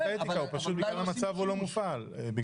אבל בגלל המצב הוא לא מופעל.